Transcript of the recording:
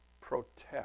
protect